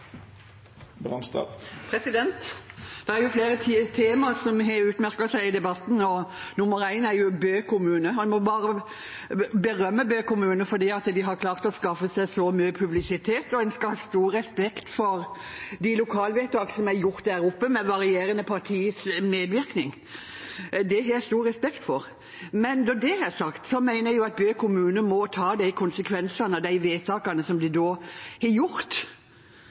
nummer én er Bø kommune. En må bare berømme Bø kommune for at de har klart å skaffe seg så mye publisitet, og en skal ha stor respekt for de lokale vedtak som er gjort der oppe, med varierende partiers medvirkning. Det har jeg stor respekt for. Når det er sagt, mener jeg at Bø kommune må ta konsekvensene av de vedtakene som de har gjort.